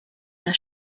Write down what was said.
der